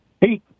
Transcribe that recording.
Hey